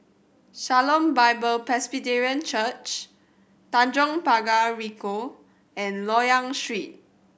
Shalom Bible Presbyterian Church Tanjong Pagar Ricoh and Loyang Street